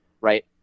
right